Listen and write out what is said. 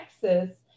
Texas